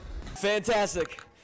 Fantastic